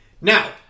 Now